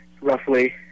roughly